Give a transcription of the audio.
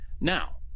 Now